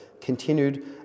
continued